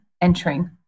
entering